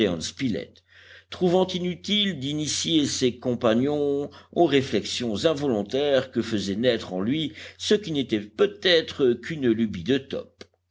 spilett trouvant inutile d'initier ses compagnons aux réflexions involontaires que faisait naître en lui ce qui n'était peut-être qu'une lubie de top